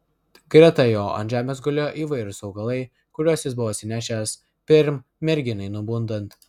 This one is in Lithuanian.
greta jo ant žemės gulėjo įvairūs augalai kuriuos jis buvo atsinešęs pirm merginai nubundant